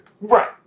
Right